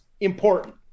important